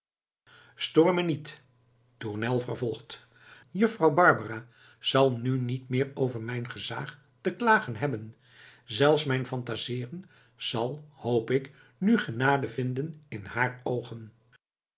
me niet tournel vervolgt juffrouw barbara zal nu niet meer over mijn gezaag te klagen hebben zelfs mijn phantaseeren zal hoop ik nu genade vinden in haar oogen